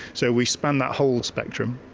so we span that whole spectrum.